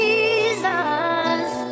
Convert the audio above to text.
Jesus